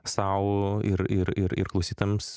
sau ir ir ir ir klausytojams